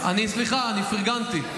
סליחה, אני פרגנתי.